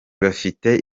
bafite